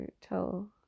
tell